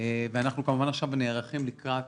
ואנחנו כמובן עכשיו נערכים לקראת